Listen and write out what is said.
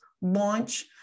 launch